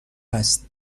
هست